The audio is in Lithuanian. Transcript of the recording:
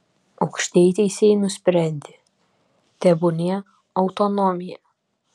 aukštieji teisėjai nusprendė tebūnie autonomija